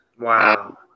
Wow